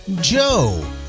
Joe